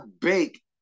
bake